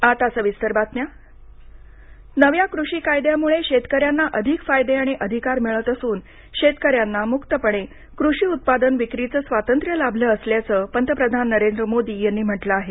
पंतप्रधान नव्या कृषी कायद्यामुळं शेतकऱ्यांना अधिक फायदे आणि अधिकार मिळत असून शेतकऱ्यांना मुक्तपणे कृषी उत्पादन विक्रीचं स्वातंत्र्य लाभलं असल्याचं पंतप्रधान नरेंद्र मोदी यांनी म्हटलं आहे